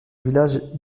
village